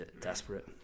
desperate